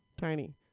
Tiny